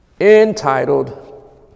entitled